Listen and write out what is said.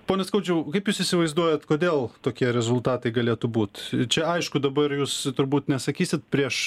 pone skaudžiau kaip jūs įsivaizduojat kodėl tokie rezultatai galėtų būt čia aišku dabar jūs turbūt nesakysit prieš